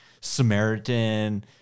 Samaritan